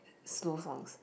slow songs